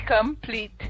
complete